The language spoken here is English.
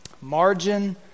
Margin